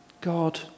God